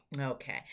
Okay